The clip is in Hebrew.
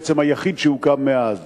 בעצם יצא הצורך להקים את אותם חמישה.